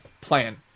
plan